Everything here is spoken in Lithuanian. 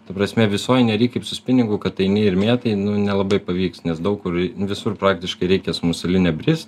ta prasme visoj nery kaip su spiningu kad eini ir mėtai nu nelabai pavyks nes daug kur visur praktiškai reikia su museline brist